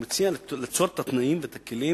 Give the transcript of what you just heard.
אני מציע ליצור את התנאים ואת הכלים